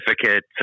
certificate